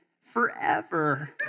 forever